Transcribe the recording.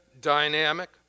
dynamic